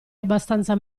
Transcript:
abbastanza